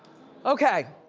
okay.